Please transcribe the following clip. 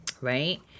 right